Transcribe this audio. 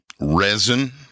resin